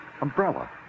Umbrella